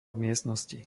miestnosti